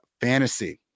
fantasy